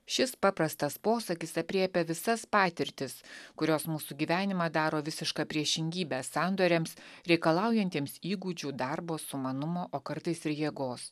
šis paprastas posakis aprėpia visas patirtis kurios mūsų gyvenimą daro visiška priešingybe sandoriams reikalaujantiems įgūdžių darbo sumanumo o kartais ir jėgos